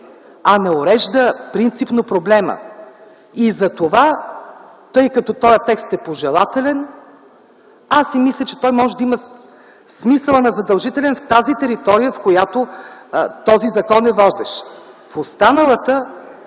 а не урежда принципно проблема. Затова, тъй като този текст е пожелателен, мисля, че той може да има смисъл на задължителност в територията, в която този закон е водещ. Останалите